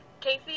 Casey